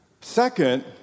Second